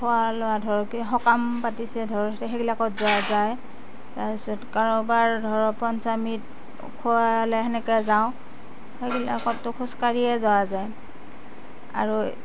খোৱা লোৱা ধৰ সকাম পাতিছে ধৰ সেইবিলাকত যোৱা যায় তাৰপিছত কাৰোবাৰ ধৰ পঞ্চামৃত খোৱালে সেনেকুৱা যাওঁ সেইবিলাকতো খোজ কাঢ়িয়ে যোৱা যায় আৰু